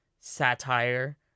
satire